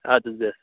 اَدٕ حَظ بٮ۪ہہ